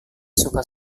suka